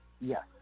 Yes